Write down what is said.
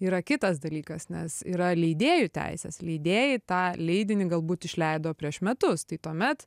yra kitas dalykas nes yra leidėjų teises leidėjai tą leidinį galbūt išleido prieš metus tai tuomet